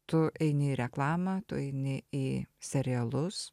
tu eini į reklamą tu eini į serialus